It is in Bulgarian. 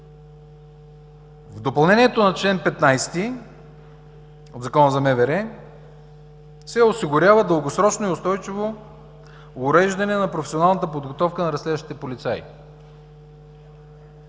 В допълнението на чл. 15 от Закона за МВР се осигурява дългосрочно и устойчиво уреждане на професионалната подготовка на разследващите полицаи.